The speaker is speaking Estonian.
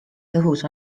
tõhus